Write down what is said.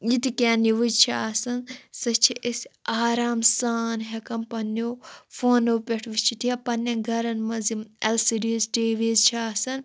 یہِ تہِ کیٚنٛہہ نِوٕز چھِ آسان سہٕ چھِ أسۍ آرام سان ہٮ۪کان پنٛنیو فونو پٮ۪ٹھ وٕچھِتھ یا پنٛنٮ۪ن گَرَن منٛز یِم LCDs TVs چھِ آسان